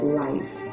life